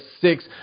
six